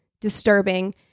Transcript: disturbing